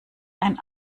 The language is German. ein